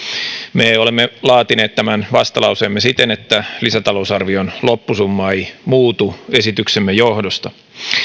me olemme laatineet tämän vastalauseemme siten että lisätalousarvion loppusumma ei muutu esityksemme johdosta